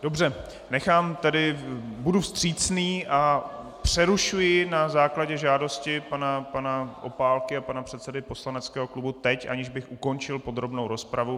Dobře, budu vstřícný a přerušuji na základě žádosti pana Opálky a pana předsedy poslaneckého klubu teď, aniž bych ukončil podrobnou rozpravu.